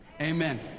amen